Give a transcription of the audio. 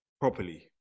properly